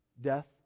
death